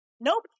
Nope